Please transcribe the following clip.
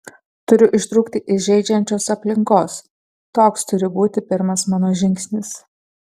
turiu ištrūkti iš žeidžiančios aplinkos toks turi būti pirmas mano žingsnis